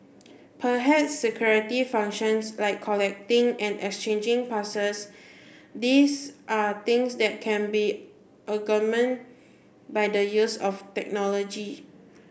perhaps security functions like collecting and exchanging passes these are things that can be augment by the use of technology